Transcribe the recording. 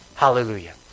Hallelujah